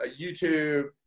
YouTube